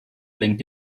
lenkt